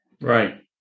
Right